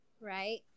right